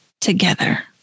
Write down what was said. together